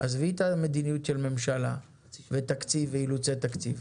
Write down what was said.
עזבי את המדיניות של ממשלה ותקציב ואילוצי תקציב,